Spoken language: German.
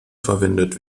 verwendet